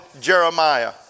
Jeremiah